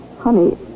Honey